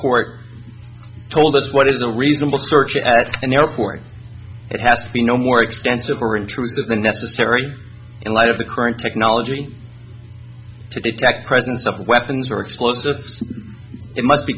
court told us what is the reasonable search at an airport it has to be no more extensive or intrusive than necessary in light of the current technology to detect presence of weapons or explosives it must be